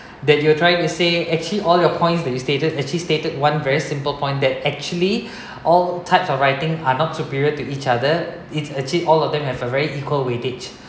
that you're trying to say actually all your points that you stated actually stated one very simple point that actually all types of writing are not superior to each other it's actually all of them have a very equal weightage